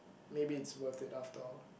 maybe it's worth it after all